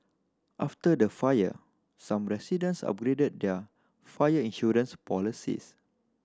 after the fire some residents upgraded their fire insurance policies